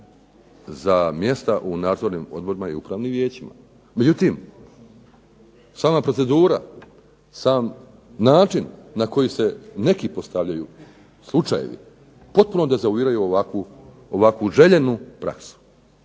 za mjesta u nadzornim odborima i upravnim vijećima. Međutim, sama procedura sam način na koji se neki postavljaju slučajevi, potpuno dezavuiraju ovakvu željenu praksu.